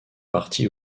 parti